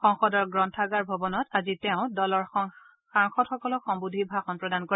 সংসদৰ গ্ৰন্থাগাৰ ভৱনত আজি তেওঁ দলৰ সাংসদসকলক সম্বোধি ভাষণ প্ৰদান কৰে